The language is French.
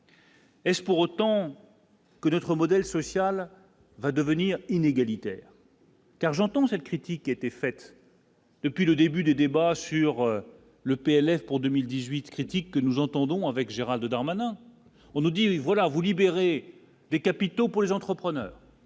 Est-ce pour autant que notre modèle social va devenir inégalitaire. Car j'entends cette critique qui a été faite. Depuis le début des débats sur le PLF pour 2018 critique que nous entendons avec Gérald Darmanin on nous dit : voilà vous libérer des capitaux pour les entrepreneurs ou